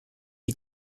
die